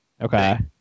okay